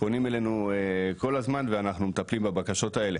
פונים כל הזמן ואנחנו מטפלים בבקשות האלה.